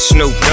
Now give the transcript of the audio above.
Snoop